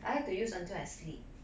I have to use until asleep